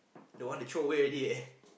they want to throw away already eh